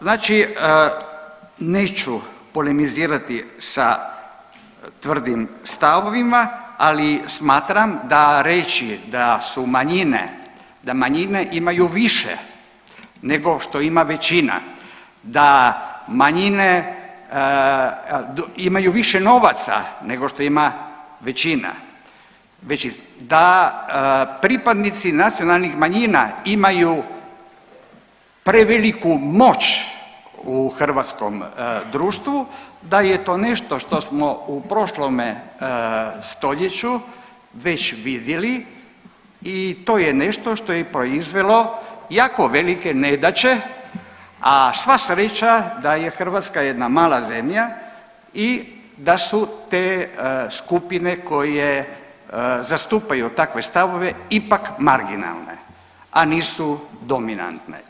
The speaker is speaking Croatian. Znači neću polemizirati sa tvrdim stavovima, ali smatram da reći da su manjine, da manjine imaju više nego što ima većina, da manjine imaju više novaca nego što ima većina, da pripadnici nacionalnim manjina imaju preveliku moć u hrvatskom društvu da je to nešto što smo u prošlome stoljeću već vidjeli i to je nešto što je proizvelo jako velike nedaće, a sva sreća da je Hrvatska jedna mala zemlja i da su te skupine koje zastupaju takve stavove ipak marginalne, a nisu dominantne.